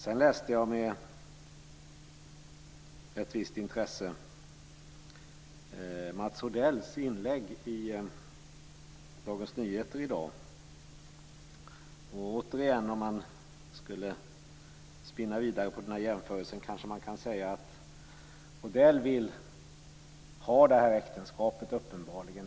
Sedan läste jag med ett visst intresse Mats Odells inlägg i Dagens Nyheter i dag. Om man återigen skulle spinna vidare på den här jämförelsen kanske man kan säga att Odell uppenbarligen vill ha detta äktenskap.